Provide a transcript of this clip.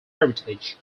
heritage